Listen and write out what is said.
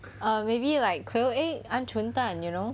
err maybe like quail egg 鹌鹑蛋 you know